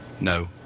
No